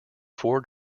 four